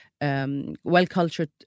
well-cultured